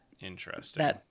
Interesting